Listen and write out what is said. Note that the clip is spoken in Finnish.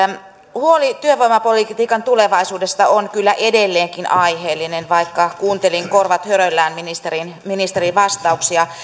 huoli työvoimapolitiikan tulevaisuudesta on kyllä edelleenkin aiheellinen vaikka kuuntelin korvat höröllä ministerin ministerin vastauksia